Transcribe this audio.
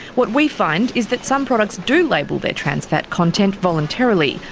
what we find is that some products do label their trans fat content voluntarily,